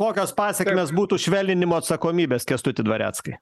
kokios pasekmės būtų švelninimo atsakomybės kęstuti dvareckai